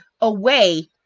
away